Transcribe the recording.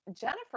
Jennifer